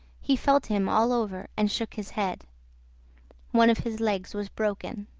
he felt him all over, and shook his head one of his legs was broken.